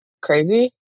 crazy